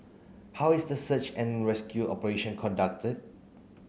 how is the search and rescue operation conducted